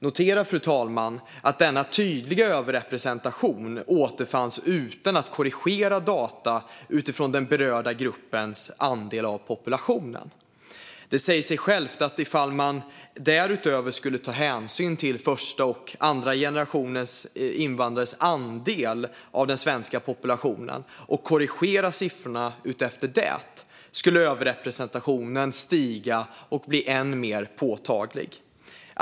Notera, fru talman, att denna tydliga överrepresentation återfanns utan att data korrigerades utifrån den berörda gruppens andel av populationen. Det säger sig självt att om man därutöver skulle ta hänsyn till första och andra generationens invandrares andel av den svenska populationen och korrigera siffrorna utefter det skulle överrepresentationen stiga och bli än mer påtaglig.